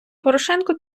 порошенко